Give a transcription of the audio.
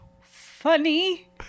funny